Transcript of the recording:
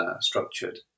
structured